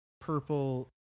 purple